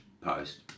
post